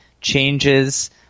changes